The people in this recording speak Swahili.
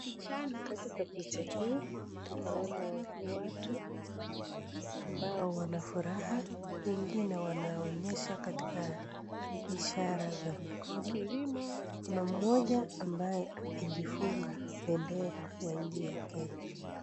Katika picha hii tunaona watu ambao wana furaha wengine wanaonyesha katika ishara za mikono, kuna mmoja ambaye amejifunga bendera ya nchi ya Kenya.